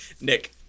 Nick